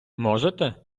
можете